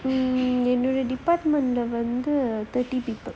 என்னோட:ennoda department வந்து:vanthu thirty people